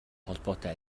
холбоотой